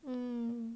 um